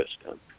system